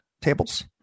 tables